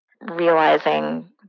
realizing